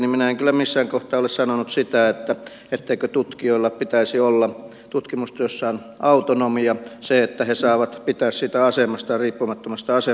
minä en kyllä missään kohtaa ole sanonut sitä etteikö tutkijoilla pitäisi olla tutkimustyössään autonomia etteivätkö he saa pitää siitä asemastaan riippumattomasta asemastaan kiinni